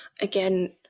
again